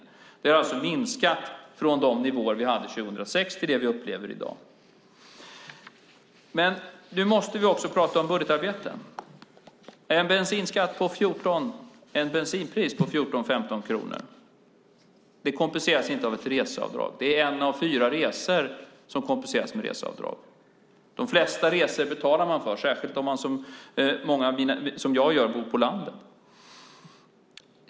Antalet har alltså minskat från de nivåer vi hade 2006 till dem vi upplever i dag. Nu måste vi även tala om budgetarbetet. Ett bensinpris på 14-15 kronor kompenseras inte av ett reseavdrag. Det är en av fyra resor som kompenseras av reseavdrag. De flesta resor betalar man för, särskilt om man som jag och många andra bor på landet.